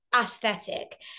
aesthetic